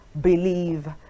believe